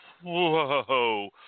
whoa